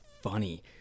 funny